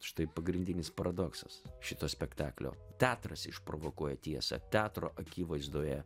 štai pagrindinis paradoksas šito spektaklio teatras išprovokuoja tiesą teatro akivaizdoje